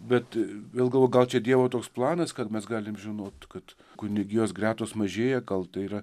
bet vėl galvoju gal čiai dievo toks planas kad mes galim žinot kad kunigijos gretos mažėja gal tai yra